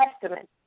testament